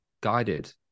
guided